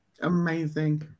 Amazing